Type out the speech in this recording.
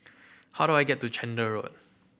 how do I get to Chander Road